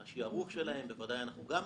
על השערוך שלהם בוודאי אנחנו ממציאים.